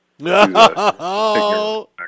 No